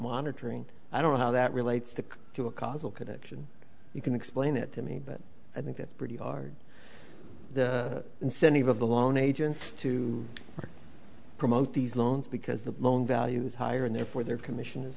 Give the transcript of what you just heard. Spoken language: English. monitoring i don't know how that relates to a causal connection you can explain it to me but i think it's pretty hard incentive of the loan agents to promote these long because the loan values higher and therefore their commissions i